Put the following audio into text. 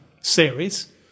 series